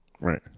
Right